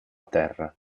terra